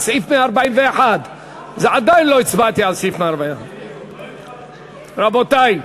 על סעיף 141. עדיין לא הצבעתי על סעיף 141. רבותי,